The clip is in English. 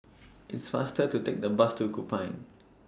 It's faster to Take The Bus to Kupang